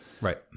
Right